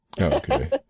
Okay